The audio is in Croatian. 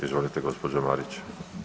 Izvolite gospođo Marić.